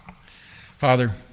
Father